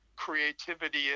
creativity